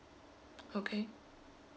okay